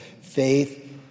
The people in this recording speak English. faith